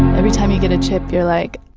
every time you get a chip you're like,